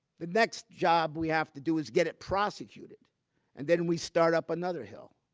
the next job we have to do is get it prosecuted and then we start up another hill.